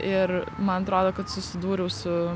ir man atrodo kad susidūriau su